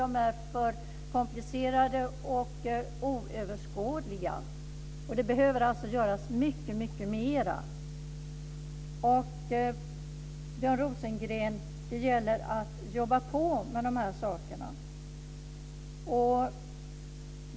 De är för komplicerade och oöverskådliga. Och det behöver alltså göras mycket mera. Och, Björn Rosengren, det gäller att jobba på med dessa saker.